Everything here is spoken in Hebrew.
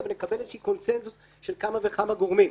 ולקבל איזשהו קונצנזוס כל כמה וכמה גורמים.